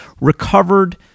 recovered